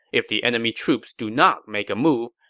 if the enemy troops do not make a move,